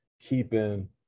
keeping